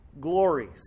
glories